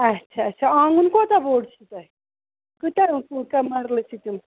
اَچھا اَچھا آنٛگُن کوتاہ بوٚڈ چھُ تۄہہِ کۭتیاہ کۭژاہ مَرلہٕ چھِ تِم